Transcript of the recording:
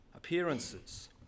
appearances